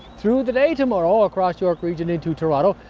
through the day tomorrow across york region into toronto,